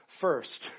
first